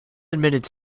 admitted